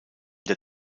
der